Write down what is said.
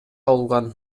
алган